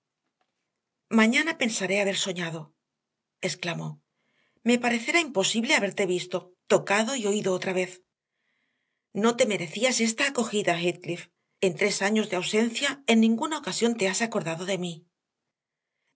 mañana pensaré haber soñado exclamó me parecerá imposible haberte visto tocado y oído otra vez no te merecías esta acogida heathcliff en tres años de ausencia en ninguna ocasión te has acordado de mí